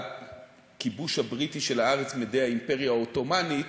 לכיבוש הבריטי של הארץ מידי האימפריה העות'מאנית,